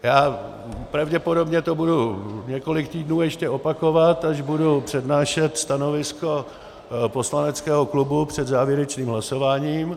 Já to pravděpodobně budu několik týdnů ještě opakovat, až budu přednášet stanovisko poslaneckého klubu před závěrečným hlasováním.